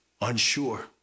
unsure